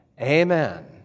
amen